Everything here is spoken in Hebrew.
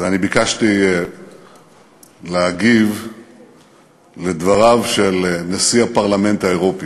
ואני ביקשתי להגיב לדבריו של נשיא הפרלמנט האירופי.